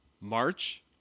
March